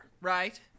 right